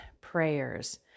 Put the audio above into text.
prayers